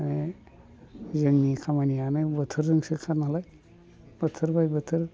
जोंनि खामानियानो बोथोरजोंसोखा नालाय बोथोरबाय बोथोर